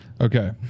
Okay